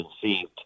conceived